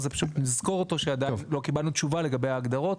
שנזכור שעדיין לא קיבלנו תשובה לגבי ההגדרות.